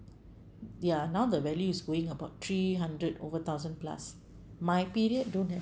ya now the value's going about three hundred over thousand plus my period don't have